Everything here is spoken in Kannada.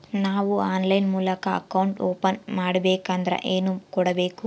ನಾವು ಆನ್ಲೈನ್ ಮೂಲಕ ಅಕೌಂಟ್ ಓಪನ್ ಮಾಡಬೇಂಕದ್ರ ಏನು ಕೊಡಬೇಕು?